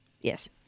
Yes